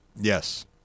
Yes